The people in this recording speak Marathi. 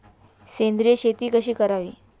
सेंद्रिय शेती कशी करावी?